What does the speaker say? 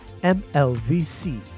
MLVC